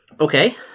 Okay